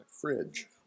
fridge